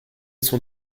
son